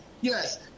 Yes